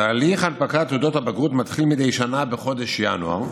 תהליך הנפקת תעודות הבגרות מתחיל מדי שנה בחודש ינואר,